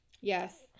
Yes